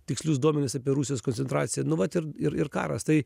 tikslius duomenis apie rusijos koncentraciją nu vat ir ir ir karas tai